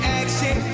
action